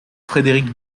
frédéric